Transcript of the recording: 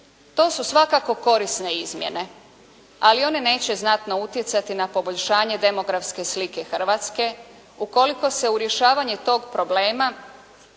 To su svakako korisne izmjene, ali one neće znatno utjecati na poboljšanje demografske slike Hrvatske ukoliko se u rješavanje tog problema